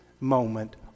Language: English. moment